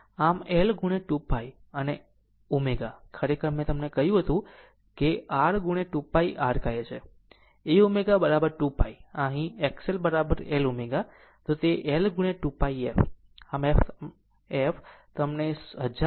આમ L 2 pi અને ω ખરેખર અમને તે મળ્યું કે જેને r 2 pi r કહે છે a ω 2 pi આ અહીં અહીં X L L ω તે L 2 pi f છે